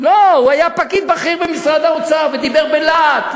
הוא היה פקיד בכיר במשרד האוצר ודיבר בלהט.